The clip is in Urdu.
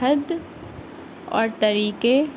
حد اور طریقے